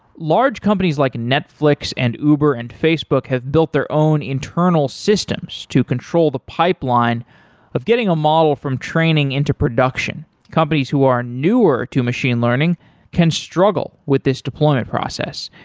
large companies like netflix and uber and facebook have built their own internal systems to control the pipeline of getting a model from training into production companies who are newer to machine learning can struggle with this deployment process.